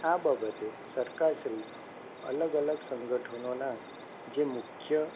આ બાબતે સરકાર શ્રી અલગ અલગ સંગઠનોના જે મુખ્ય